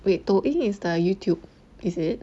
wait 抖音 is the youtube is it